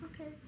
Okay